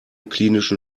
klinischen